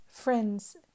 Friends